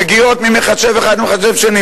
מגיעות ממחשב אחד למחשב שני,